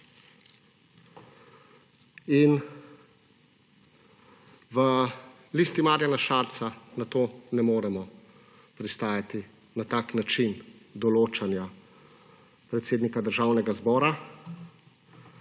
V Listi Marjana Šarca na to ne moremo pristajati na tak način določanja predsednika Državnega zbora.